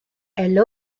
elle